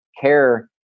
care